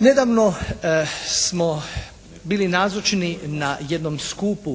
Nedavno smo bili nazočni na jednom skupu